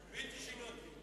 בלתי שגרתיים.